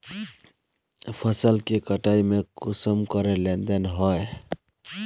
फसल के कटाई में कुंसम करे लेन देन होए?